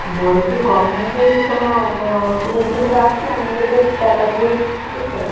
বলছি গভর্নমেন্ট থেকে কি কোনো গ সুযোগ সুবিধা আছে না নিজেদের টাকা দিয়েই শিখতে হবে